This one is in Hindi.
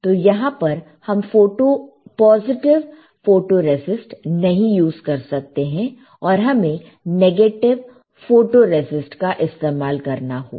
तो यहां पर हम पॉजिटिव फोटोरेसिस्ट नहीं यूज कर सकते हैं और हमें नेगेटिव फोटोरेसिस्ट का इस्तेमाल करना होगा